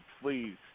please